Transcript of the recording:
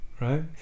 right